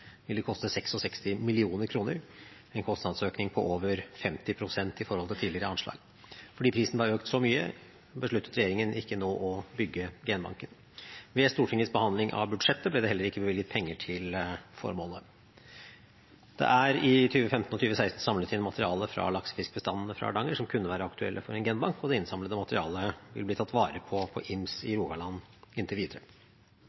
ville koste 66 mill. kr, en kostnadsøkning på over 50 pst. i forhold til tidligere anslag. Fordi prisen var økt så mye, besluttet regjeringen ikke nå å bygge genbanken. Ved Stortingets behandling av budsjettet ble det heller ikke bevilget penger til formålet. Det er i 2015 og 2016 samlet inn materiale fra laksefiskbestandene fra Hardanger som kunne være aktuelle for en genbank, og det innsamlede materialet vil bli tatt vare på på Ims i